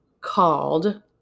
called